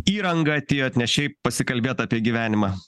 įranga atėjot ne šiaip pasikalbėt apie gyvenimą